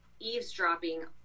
Eavesdropping